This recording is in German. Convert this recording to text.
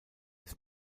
ist